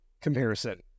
comparison